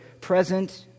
present